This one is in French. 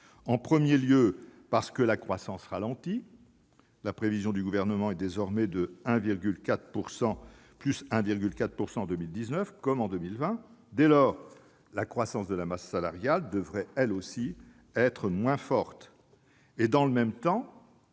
pour 2019. Ainsi, la croissance ralentit. La prévision du Gouvernement est désormais de 1,4 % en 2019, comme en 2020. Dès lors, la croissance de la masse salariale devrait, elle aussi, être moins forte. Dans le même temps,